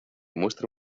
muestra